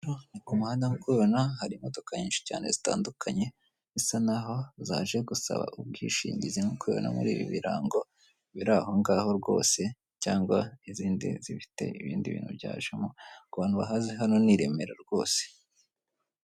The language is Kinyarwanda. Hano ni kumuhanda nk'uko ubibona ,hari imodoka nyinshi cyane zitandukanye bisa n'aho zaje gusaba ubwishingizi nk'uko ubibona ,mur' ibi birango bir' aho ngaho rwose cyangwa, izindi zifit' ibindi bintu byajemo , kubantu bahazi hano ni, i Remera rwose.